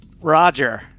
Roger